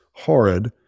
horrid